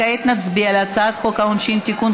כעת נצביע על הצעת חוק העונשין (תיקון,